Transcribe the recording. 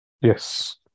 Yes